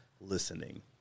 listening